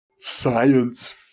Science